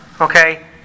Okay